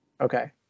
Okay